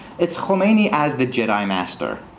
it's khomeini as the jedi master,